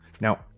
now